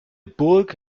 burg